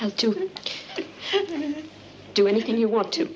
how to do anything you want to